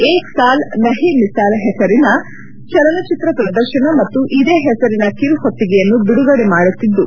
ಏಕ್ ಸಾಲ್ ನಹೀ ಮಿಸಾಲ್ ಹೆಸರಿನ ಚಲನಚಿತ್ರ ಪ್ರದರ್ಶನ ಮತ್ತು ಇದೇ ಹೆಸರಿನ ಕಿರುಹೊತ್ತಿಗೆಯನ್ನು ಬಿಡುಗಡೆ ಮಾಡುತ್ತಿದ್ದು